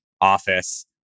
office